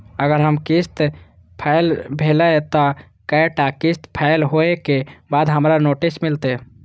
अगर हमर किस्त फैल भेलय त कै टा किस्त फैल होय के बाद हमरा नोटिस मिलते?